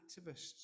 activists